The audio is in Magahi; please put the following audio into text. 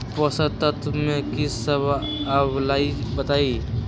पोषक तत्व म की सब आबलई बताई?